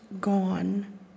Gone